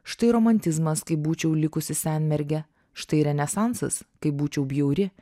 štai romantizmas kai būčiau likusi senmerge štai renesansas kai būčiau bjauri